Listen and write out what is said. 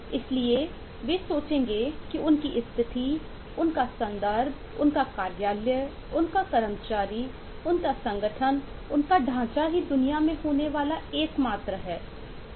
इसलिए वे सोचेंगे कि उनकी स्थिति उनका संदर्भ उनका कार्यालय उनका कर्मचारी उनका संगठन उनका ढांचा ही दुनिया में होने वाला एकमात्र ही है